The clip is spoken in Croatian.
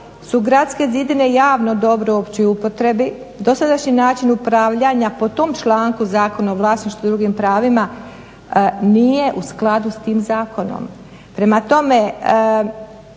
su gradske zidine javno dobro u općoj upotrebi dosadašnji način upravljanja po tom članku Zakona o vlasništvu i drugim pravima nije u skladu s tim zakonom. Prema tom